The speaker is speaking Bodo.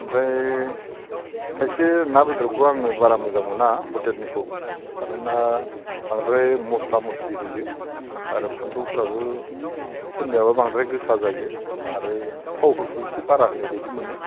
ओमफ्राय खायसे ना बेदरखौ आङो बारा मोजां मोना हटेलनिखौ मानोना बांद्राय मस्ला मस्लि होयो आरो फानलौफ्राबो सोरनियाबा बांद्राय गोसा जायो आरो थावफोरखौ एसे बारा होनाय बायदि मोनो